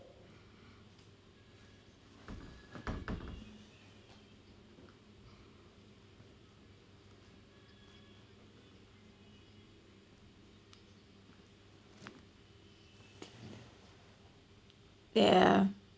ya